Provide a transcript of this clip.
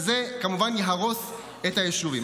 וכמובן זה יהרוס את היישובים.